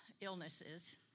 illnesses